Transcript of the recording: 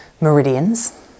meridians